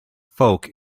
folk